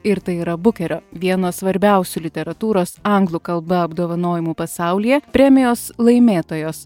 ir tai yra bukerio vieno svarbiausių literatūros anglų kalba apdovanojimų pasaulyje premijos laimėtojos